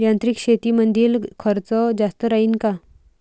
यांत्रिक शेतीमंदील खर्च जास्त राहीन का?